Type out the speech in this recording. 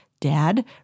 Dad